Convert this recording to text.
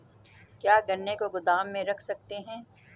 क्या गन्ने को गोदाम में रख सकते हैं?